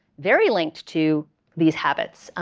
very linked to these habits.